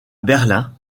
berlin